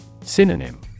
Synonym